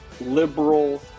liberal